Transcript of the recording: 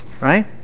Right